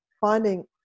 finding